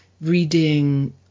reading